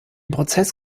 prozess